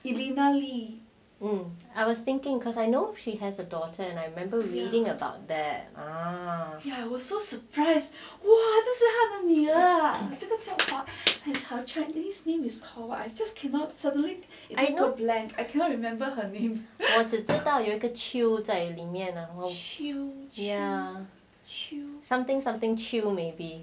hmm I was thinking because I know she has a daughter and I remember reading about that ah 我只知道有一个秋在里面 ya ya something something 秋 maybe